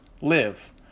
Live